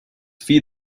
feed